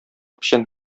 печән